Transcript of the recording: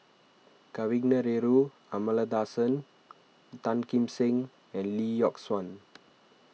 Kavignareru Amallathasan Tan Kim Seng and Lee Yock Suan